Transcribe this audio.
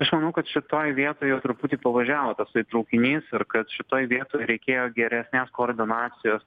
aš manau kad šitoj vietoj jau truputį pavažiavo tasai traukinys ir kad šitoj vietoj reikėjo geresnės koordinacijos